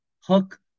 hook